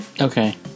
Okay